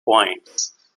points